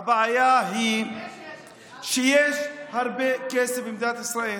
הבעיה היא שיש הרבה כסף במדינת ישראל,